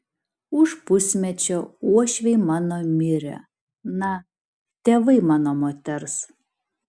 už pusmečio uošviai mano mirė na tėvai mano moters